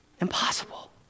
Impossible